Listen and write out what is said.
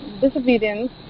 Disobedience